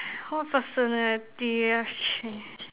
what personality have change